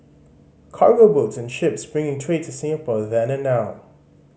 cargo boats and ships bringing trade to Singapore then and now